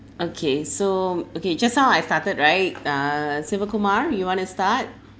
okay so okay just now I started right uh siva kumar you wanna start